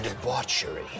Debauchery